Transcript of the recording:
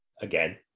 Again